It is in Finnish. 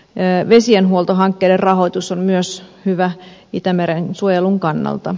vesienhuoltohankkeiden rahoitus on myös hyvä itämeren suojelun kannalta